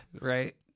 right